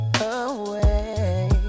away